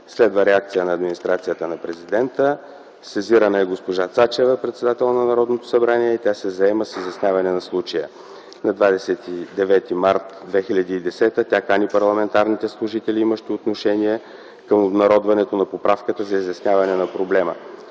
Следва реакция на администрацията на президента. Сезирана е госпожа Цачева, председател на Народното събрание, и тя се заема с изясняване на случая. На 29.03.2010 г. тя кани парламентарните служители, имащи отношение към обнародването на поправката, за изясняване на проблема.